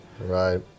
Right